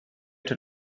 till